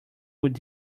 which